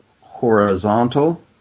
horizontal